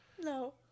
No